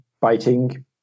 biting